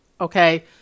Okay